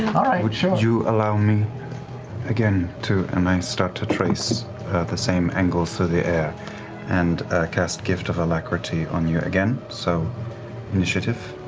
would you allow me again to, and i start to trace the same angles through the air and cast gift of alacrity on you again. so initiative,